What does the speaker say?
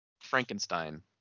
Frankenstein